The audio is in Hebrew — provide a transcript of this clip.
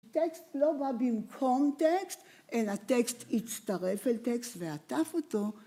‫הטקסט לא בא במקום טקסט, ‫הטקסט הצטרף לטקסט ועטף אותו.